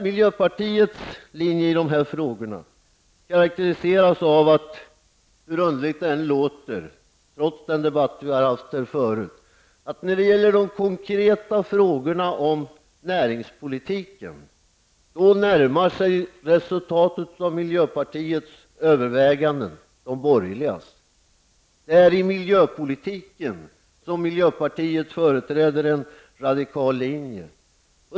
Miljöpartiets linje i dessa frågor karakteriseras av att partiet -- hur underligt det än låter mot debatten vi har haft här förut -- när det gäller de konkreta frågorna om näringspolitiken närmar sig de borgerliga ståndpunkterna. Det är i miljöpolitiken som miljöpartiet företräder en radikal linje.